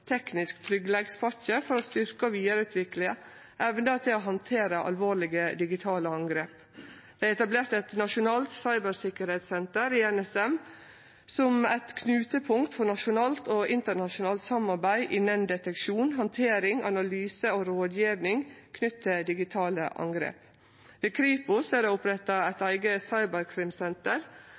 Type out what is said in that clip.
til å handtere alvorlege digitale angrep. Det er etablert eit nasjonalt cybertryggleikssenter i NSM, som eit knutepunkt for nasjonalt og internasjonalt samarbeid innan deteksjon, handtering, analyse og rådgjeving knytt til digitale angrep. Ved Kripos er det oppretta eit eige cyberkrimsenter,